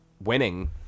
winning